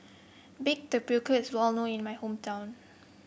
Baked Tapioca is well known in my hometown